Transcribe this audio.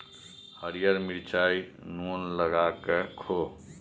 हरियर मिरचाई नोन लगाकए खो